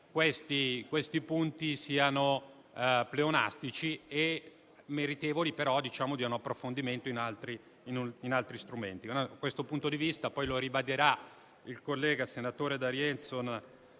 questi punti siano pleonastici e meritevoli di un approfondimento con altri strumenti. Da questo punto di vista, come ribadirà il senatore D'Arienzo